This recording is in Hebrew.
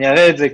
אני אראה את זה,